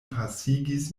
pasigis